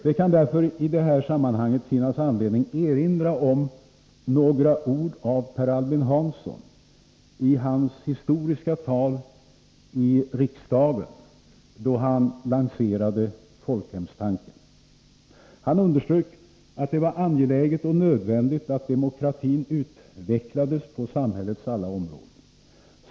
Det kan därför i detta sammanhang finnas anledning erinra om några ord av Per Albin Hansson i hans historiska tal i riksdagen då han lanserade folkhemstanken. Han underströk att det var angeläget och nödvändigt att demokratin utvecklades på samhällets alla områden.